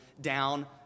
down